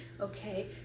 okay